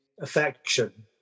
affection